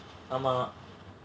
ஆமா:aamaa